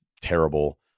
terrible